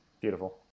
Beautiful